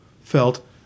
felt